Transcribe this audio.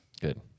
Good